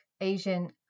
Asian